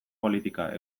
politika